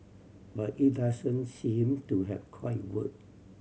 but it doesn't seem to have quite work